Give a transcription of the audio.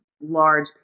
large